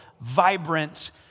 vibrant